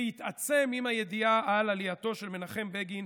שהתעצם עם הידיעה על עלייתו של מנחם בגין